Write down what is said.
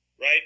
Right